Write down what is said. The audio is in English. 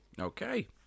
Okay